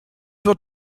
wird